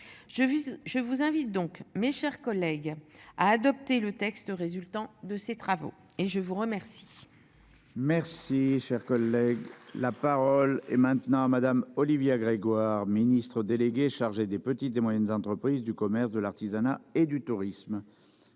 Je vous invite donc, mes chers collègues à adopter le texte résultant de ces travaux et je vous remercie. Merci cher collègue. La parole est maintenant à Madame Olivia Grégoire Ministre délégué chargé des petites et moyennes entreprises, du commerce, de l'artisanat et du tourisme.